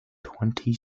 twenty